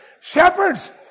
Shepherds